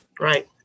Right